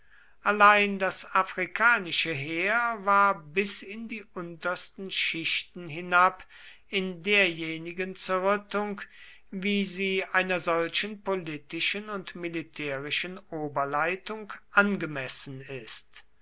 allein das afrikanische heer war bis in die untersten schichten hinab in derjenigen zerrüttung wie sie einer solchen politischen und militärischen oberleitung angemessen ist